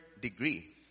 degree